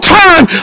time